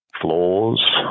floors